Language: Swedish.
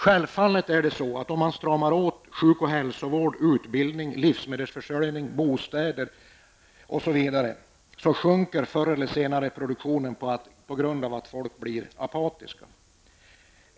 Självklart är det så att om man stramar åt sjuk och hälsovård, utbildning, livsmedelsförsörjning, bostäder osv., sjunker förr eller senare produktionen på grund av att folk blir apatiska.